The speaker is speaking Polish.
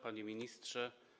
Panie Ministrze!